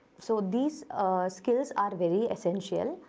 so these skills are very essential,